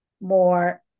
more